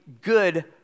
good